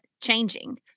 changing